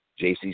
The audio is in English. JC